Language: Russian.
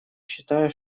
считаю